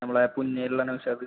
നമ്മളെ കുഞ്ഞേലുള്ള നൗഷാദ്